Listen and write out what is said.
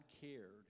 cared